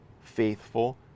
faithful